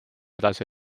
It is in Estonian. edasi